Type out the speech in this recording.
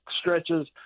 stretches